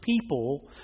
people